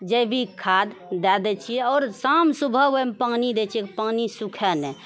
जैविक खाद दए दै छियै आओर शाम सुबह ओइमे पानि दै छियै पानि सुखाए नहि